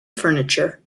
furniture